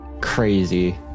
crazy